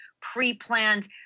pre-planned